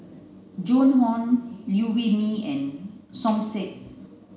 Joan Hon Liew Wee Mee and Som Said